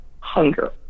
hunger